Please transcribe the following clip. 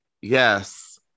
Yes